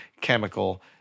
chemical